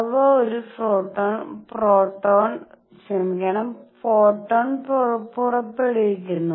അവർ ഒരു ഫോട്ടോൺ പുറപ്പെടുവിക്കുന്നു